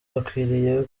bakwiriye